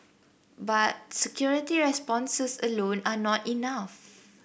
but security responses alone are not enough